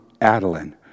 Adeline